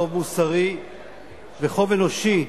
חוב מוסרי וחוב אנושי,